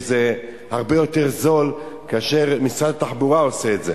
שזה הרבה יותר זול כאשר משרד התחבורה עושה את זה